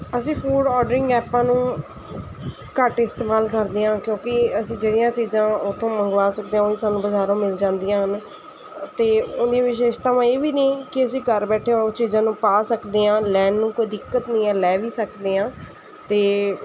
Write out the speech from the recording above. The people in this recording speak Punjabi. ਅਸੀਂ ਫੂਡ ਔਡਰਿੰਗ ਐਪਾਂ ਨੂੰ ਘੱਟ ਇਸਤੇਮਾਲ ਕਰਦੇ ਹਾਂ ਕਿਉਂਕਿ ਅਸੀਂ ਜਿਹੜੀਆਂ ਚੀਜ਼ਾਂ ਉਹ ਤੋਂ ਮੰਗਵਾ ਸਕਦੇ ਹਾਂ ਉਹੀ ਸਾਨੂੰ ਬਜ਼ਾਰੋਂ ਮਿਲ ਜਾਂਦੀਆਂ ਹਨ ਅਤੇ ਉਹਦੀ ਵਿਸ਼ੇਸ਼ਤਾਵਾਂ ਇਹ ਵੀ ਨੇ ਕਿ ਅਸੀਂ ਘਰ ਬੈਠਿਆਂ ਉਹ ਚੀਜ਼ਾਂ ਨੂੰ ਪਾ ਸਕਦੇ ਹਾਂ ਲੈਣ ਨੂੰ ਕੋਈ ਦਿੱਕਤ ਨਹੀਂ ਹੈ ਲੈ ਵੀ ਸਕਦੇ ਹਾਂ ਅਤੇ